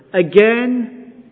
again